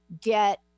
get